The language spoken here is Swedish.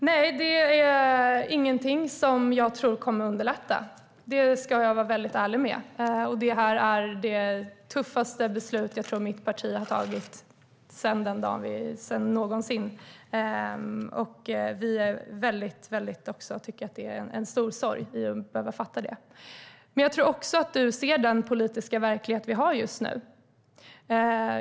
Herr talman! Nej, det är inte något som jag tror kommer att underlätta. Det ska jag vara ärlig med. Jag tror att det här är det tuffaste beslut som mitt parti någonsin har tagit. Det är en stor sorg att behöva fatta det. Jag tror att du också ser den politiska verklighet vi har just nu, Johanna Jönsson.